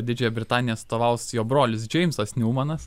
didžiąją britaniją atstovaus jo brolis džeimsas niumanas